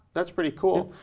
that's pretty cool.